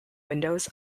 windows